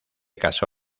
caso